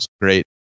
great